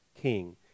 king